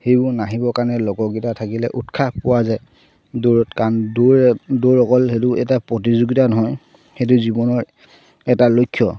সেইবোৰ নাহিবৰ কাৰণে লগৰকেইটা থাকিলে উৎসাহ পোৱা যায় দৌৰত কাৰণ দৌৰ দৌৰ অকল সেইটো এটা প্ৰতিযোগিতা নহয় সেইটো জীৱনৰ এটা লক্ষ্য